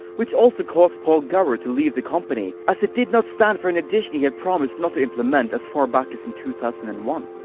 which also caused paul gower to leave the company, as he did not stand for an addition he had promised not to implement as far back as in two thousand and one.